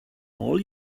all